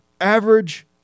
average